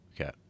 Okay